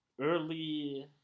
early